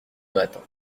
matin